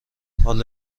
حالا